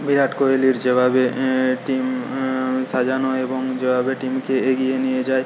বিরাট কোহলির যেভাবে টিম সাজানো এবং যেভাবে টিমকে এগিয়ে নিয়ে যায়